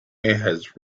has